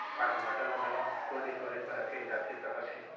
का टमाटर ला घलव कोल्ड स्टोरेज मा रखे जाथे सकत हे?